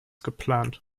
geplant